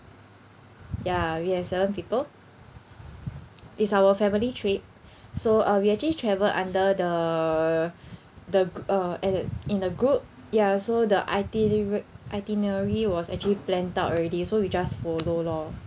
ya we have seven people it's our family trip so uh we actually travelled under the the gro~ uh added in a group ya so the itinera~ itinerary was actually planned out already so we just follow lor